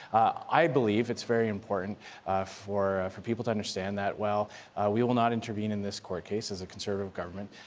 i believe it's very important for for people to understand that while we will not intervene in this court case, as a conservative government,